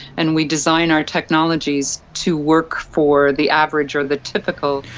and we design our technologies to work for the average or the typical.